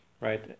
right